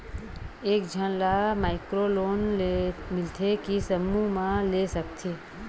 एक झन ला माइक्रो लोन मिलथे कि समूह मा ले सकती?